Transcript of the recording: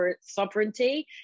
sovereignty